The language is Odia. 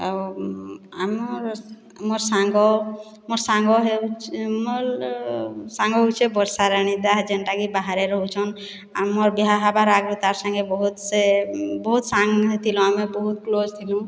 ଆଉ ଆମର ମୋର ସାଙ୍ଗ ମୋର ସାଙ୍ଗ ସାଙ୍ଗ ହଉଛି ବର୍ଷାରାଣୀ ତାହା ଯେନ୍ତା କି ବାହାରେ ରହୁଛନ୍ ଆମର ବିହା ହେବାର ଆଗର୍ ତା ସାଙ୍ଗେ ବହୁତ ସେ ବହୁତ ସାଙ୍ଗ ହେଇଥିଲୁ ଆମେ ବହୁତ କ୍ଲୋଜ୍ ଥିଲୁ